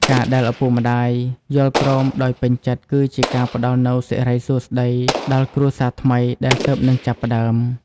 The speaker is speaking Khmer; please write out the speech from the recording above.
ការដែលឪពុកម្ដាយយល់ព្រមដោយពេញចិត្ត គឺជាការផ្ដល់នូវ "សិរីសួស្តី" ដល់គ្រួសារថ្មីដែលទើបនឹងចាប់ផ្តើម។